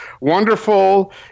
wonderful